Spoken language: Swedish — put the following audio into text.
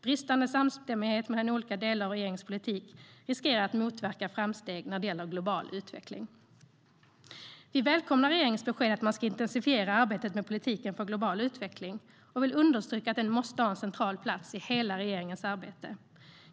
Bristande samstämmighet mellan olika delar av regeringens politik riskerar att motverka framsteg när det gäller global utveckling. Vi välkomnar regeringens besked att man ska intensifiera arbetet med politiken för global utveckling och vill understryka att den måste ha en central plats i hela regeringens arbete.